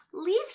Leave